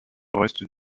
reste